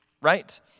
right